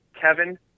Kevin